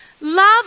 love